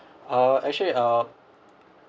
uh actually uh